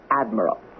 admiral